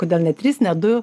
kodėl ne trys ne du